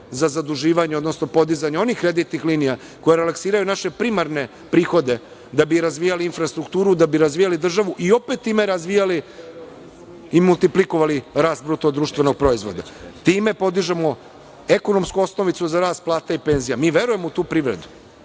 za zaduživanje, odnosno podizanje onih kreditnih linija koje relaksiraju naše primarne prihode da bi razvijali infrastrukturu, da bi razvijali državu i opet time razvijali i multiplikovali rast BDP-a. Time podižemo ekonomsku osnovicu za rast plata i penzija. Mi verujemo u tu privredu,